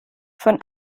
von